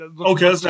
Okay